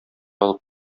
алып